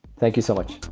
thank you so much